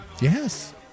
Yes